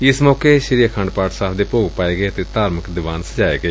ਏਸ ਮੌਕੇ ਸ੍ਰੀ ਆਖੰਡ ਪਾਠ ਸਾਹਿਬ ਦੇ ਭੋਗ ਪਾਏ ਗਏ ਅਤੇ ਧਾਰਮਿਕ ਦੀਵਾਨ ਸਜਾਏ ਗਏ